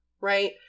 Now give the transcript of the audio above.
right